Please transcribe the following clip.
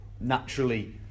naturally